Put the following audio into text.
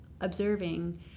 observing